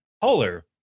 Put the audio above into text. polar